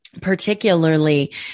particularly